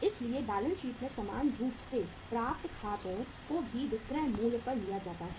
इसलिए balance sheet में सामान्य रूप से प्राप्त खातों को भी विक्रय मूल्य पर लिया जाता है